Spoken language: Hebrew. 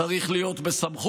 צריך להיות בסמכות,